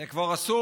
זה כבר אסור,